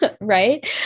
right